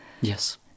Yes